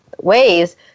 ways